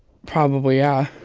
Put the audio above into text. probably, yeah